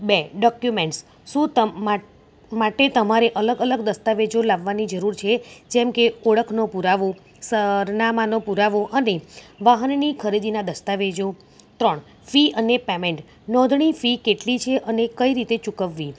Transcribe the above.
બે ડોક્યુમેન્ટ્સ શું માટે તમારે અલગ અલગ દસ્તાવેજો લાવવાની જરૂર છે જેમ કે ઓળખનો પુરાવો સરનામાનો પુરાવો અને વાહનની ખરીદીના દસ્તાવેજો ત્રણ ફી અને પેમેન્ટ નોંધણી ફી કેટલી છે અને કઈ રીતે ચૂકવવી